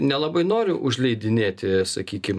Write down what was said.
nelabai noriu užleidinėti sakykim